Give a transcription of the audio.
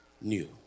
new